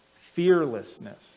Fearlessness